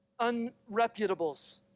unreputables